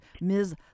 Ms